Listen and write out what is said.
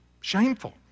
shameful